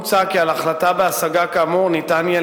עוד מוצע כי על החלטה בהשגה כאמור יהיה